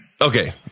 Okay